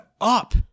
up